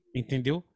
entendeu